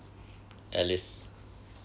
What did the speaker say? alice